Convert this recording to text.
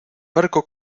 barco